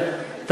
בכל מקרה.